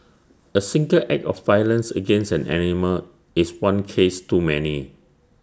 A single act of violence against an animal is one case too many